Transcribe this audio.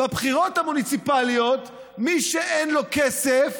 בבחירות המוניציפליות מי שאין לו כסף